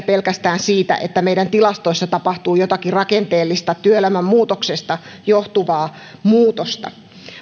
pelkästään siitä että meidän tilastoissamme tapahtuu jotakin rakenteellista työelämän muutoksesta johtuvaa muutosta